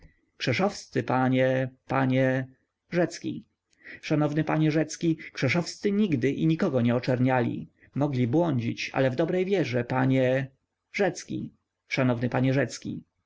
krzeszowscy panie panie rzecki szanowny panie rzecki krzeszowscy nigdy i nikogo nie oczerniali mogli błądzić ale w dobrej wierze panie rzecki szanowny panie rzecki